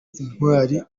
intwari